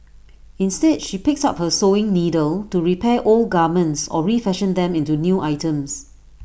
instead she picks up her sewing needle to repair old garments or refashion them into new items